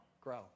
grow